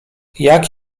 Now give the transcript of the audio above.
jak